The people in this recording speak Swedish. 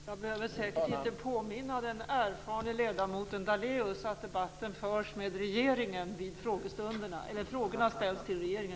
Jag behöver säkert inte påminna den erfarne ledamoten Daléus om att debatten vid frågestunderna förs med regeringen. Frågorna ställs till regeringen.